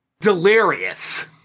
Delirious